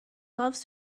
loves